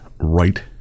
right